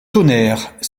tonnerre